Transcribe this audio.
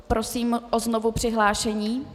Prosím o znovupřihlášení.